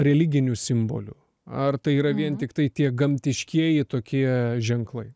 religinių simbolių ar tai yra vien tiktai tie gamtiškieji tokie ženklai